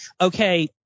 okay